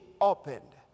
opened